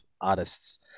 artists